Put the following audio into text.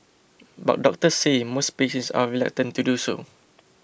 but doctors say most patients are reluctant to do so